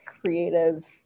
creative